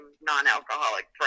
non-alcoholic